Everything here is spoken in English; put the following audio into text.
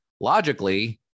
logically